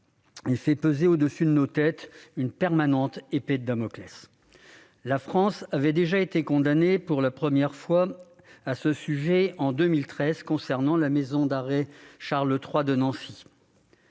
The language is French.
Elle fait peser au-dessus de nos têtes une permanente épée de Damoclès. La France avait déjà été condamnée pour la première fois à ce sujet en 2013. Il s'agissait alors de la maison d'arrêt Charles-III de Nancy.